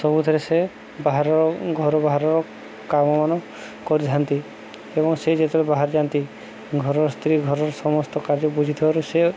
ସବୁଥିରେ ସେ ବାହାରର ଘର ବାହାରର କାମମାନ କରିଥାନ୍ତି ଏବଂ ସେ ଯେତେବେଳେ ବାହାରି ଯାଆନ୍ତି ଘରର ସ୍ତ୍ରୀ ଘରର ସମସ୍ତ କାର୍ଯ୍ୟ ବୁଝିଥିବାରୁ ସେ